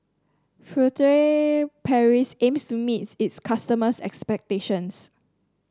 Furtere Paris aims to meet its customers' expectations